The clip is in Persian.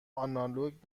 آنالوگ